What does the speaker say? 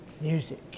music